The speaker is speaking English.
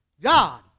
God